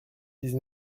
dix